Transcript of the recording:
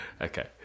Okay